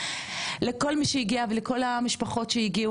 לכל מי שהגיע ולכל המשפחות שהגיעו